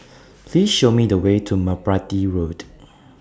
Please Show Me The Way to Merpati Road